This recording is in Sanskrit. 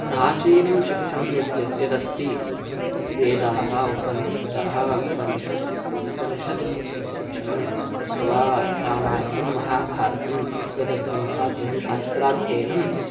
प्राचीनं शिक्षणं यदस्ति यदस्ति वेदाः उपनिषदः उपनिषत् उपनिषत् शिक्षणम् अथवा रामायणं महाभारतं संस्कृतग्रन्थाध्ययनं शास्त्राध्ययनं